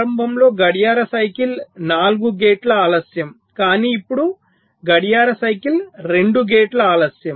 ప్రారంభంలో గడియార సైకిల్ 4 గేట్ల ఆలస్యం కానీ ఇప్పుడు గడియార సైకిల్ 2 గేట్ ల ఆలస్యం